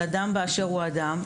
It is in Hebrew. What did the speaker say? על אדם באשר הוא אדם,